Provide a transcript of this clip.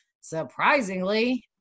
surprisingly